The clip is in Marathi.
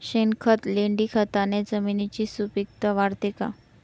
शेणखत, लेंडीखताने जमिनीची सुपिकता वाढते का?